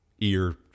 ear